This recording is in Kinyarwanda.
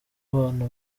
abantu